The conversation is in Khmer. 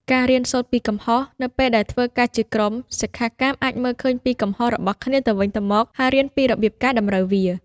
ការរៀនសូត្រពីកំហុស នៅពេលដែលធ្វើការជាក្រុម សិក្ខាកាមអាចមើលឃើញពីកំហុសរបស់គ្នាទៅវិញទៅមក ហើយរៀនពីរបៀបកែតម្រូវវា។